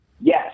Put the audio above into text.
Yes